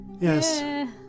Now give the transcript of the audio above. Yes